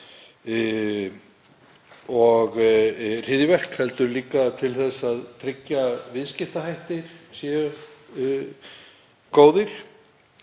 og hryðjuverk heldur líka til þess að tryggja að viðskiptahættir séu góðir.